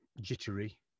jittery